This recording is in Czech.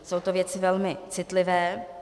Jsou to věci velmi citlivé.